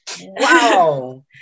wow